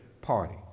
party